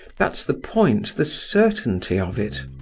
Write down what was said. that's the point the certainty of it.